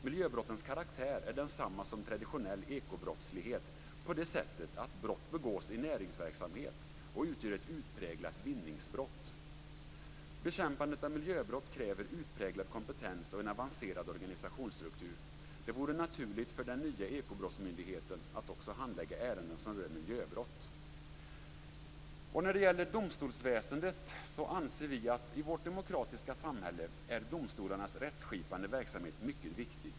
Miljöbrottens karaktär är densamma som traditionell ekobrottslighet, på det sätt att brott begås i näringsverksamhet och utgör ett utpräglat vinningsbrott. Bekämpandet av miljöbrott kräver utpräglad kompetens och en avancerad organisationsstruktur. Det vore naturligt för den nya ekobrottsmyndigheten att också handlägga ärenden som rör miljöbrott. Sedan är det domstolsväsendet. Vi anser att i vårt demokratiska samhälle är domstolarnas rättsskipande verksamhet mycket viktig.